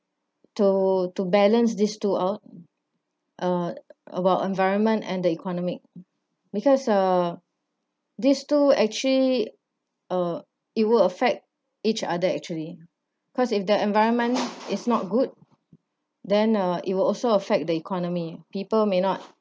to to balance these two out uh about environment and the economic because uh these two actually uh it will affect each other actually cause if the environment is not good then uh it will also affect the economy people may not